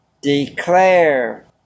Declare